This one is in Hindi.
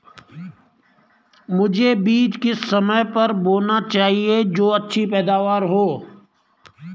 मुझे बीज किस समय पर बोना चाहिए जो अच्छी पैदावार हो?